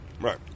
Right